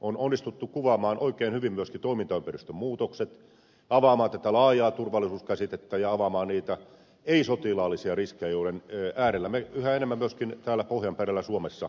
on onnistuttu kuvaamaan oikein hyvin myöskin toimintaympäristön muutokset avaamaan tätä laajaa turvallisuuskäsitettä ja avaamaan niitä ei sotilaallisia riskejä joiden äärellä me yhä enemmän myöskin täällä pohjan perällä suomessa olemme